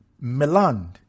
Milan